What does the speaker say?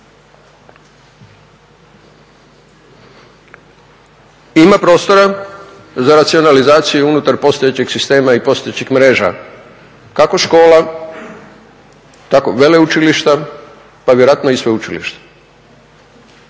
Ima prostora za racionalizaciju unutar postojećeg sistema i postojećih mreža, kako škola, veleučilišta pa vjerojatno i sveučilišta